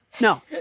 No